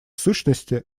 сущности